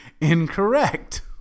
incorrect